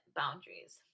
boundaries